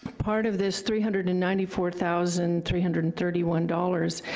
part of this three hundred and ninety four thousand three hundred and thirty one dollars,